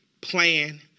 plan